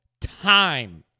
time